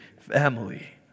family